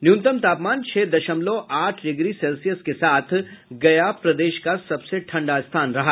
न्यूनतम तापमान छह दशमलव आठ डिग्री सेल्सियस के साथ गया प्रदेश का सबसे ठंडा स्थान रहा